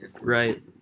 Right